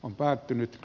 on päättynyt